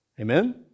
Amen